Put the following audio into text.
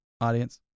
audience